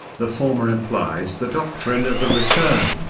the former implies the doctrine of the return,